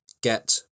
Get